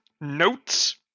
notes